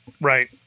Right